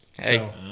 Hey